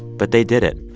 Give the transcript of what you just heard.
but they did it.